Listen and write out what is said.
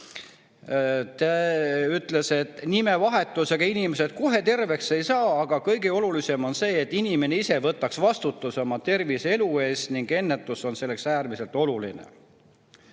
ütles, et nimevahetusega inimesed kohe terveks ei saa. Kõige olulisem on see, et inimene ise võtaks vastutuse oma tervise ja elu eest, ning ennetus on selleks äärmiselt oluline.